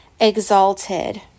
exalted